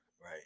right